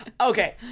okay